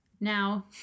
now